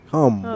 Come